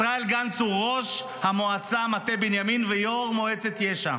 ישראל גנץ הוא ראש המועצה מטה בנימין ויו"ר מועצת יש"ע,